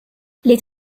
les